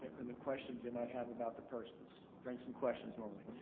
and the questions they might have about the persons, bring some questions normally.